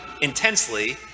intensely